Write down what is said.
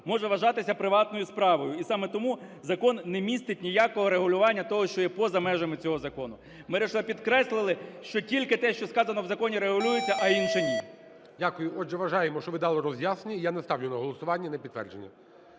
може вважатися приватною справою, і саме тому закон не містить ніякого регулювання того, що є поза межами цього закону. Ми лише підкреслили, що тільки те, що сказано в законі регулюється, а інше – ні. ГОЛОВУЮЧИЙ. Дякую. Отже, вважаємо, що ви дали роз'яснення, і я не ставлю на голосування на підтвердження.